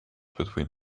between